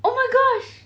oh my gosh